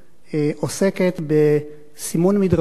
עוסקת בסימון מדרכות